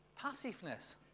passiveness